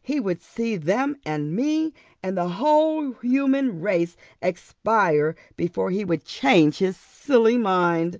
he would see them and me and the whole human race expire before he would change his silly mind